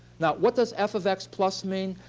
now, what does f of x plus mean?